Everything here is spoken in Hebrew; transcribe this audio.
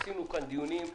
קיימנו כאן דיונים,